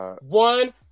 One